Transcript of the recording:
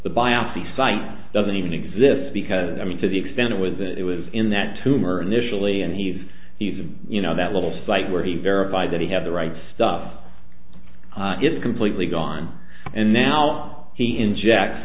the biopsy site doesn't even exist because i mean to the extent with it was in that tumor initially and he's he's a you know that little site where he verified that he had the right stuff it's completely gone and now he in